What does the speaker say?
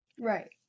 Right